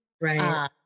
Right